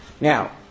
Now